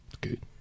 good